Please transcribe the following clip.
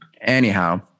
anyhow